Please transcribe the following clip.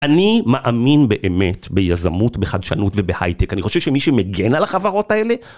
אני מאמין באמת ביזמות, בחדשנות ובהייטק. אני חושב שמי שמגן על החברות האלה...